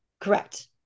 Correct